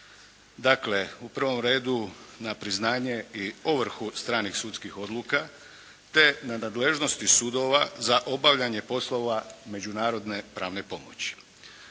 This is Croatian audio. Dakle, u prvom redu na priznanje i ovrhu stranih sudskih odluka te na nadležnosti sudova za obavljanje poslova međunarodne pravne pomoći.